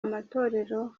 amatorero